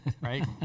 Right